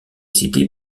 cité